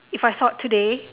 if I thought today